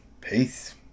Peace